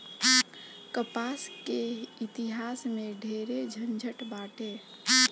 कपास के इतिहास में ढेरे झनझट बाटे